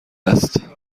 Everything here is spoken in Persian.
است